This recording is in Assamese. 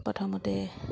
প্ৰথমতে